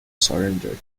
surrendered